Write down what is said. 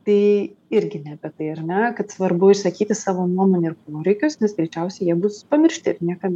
tai irgi nebe tai ar ne kad svarbu išsakyti savo nuomonę ir poreikius nes greičiausiai jie bus pamiršti niekam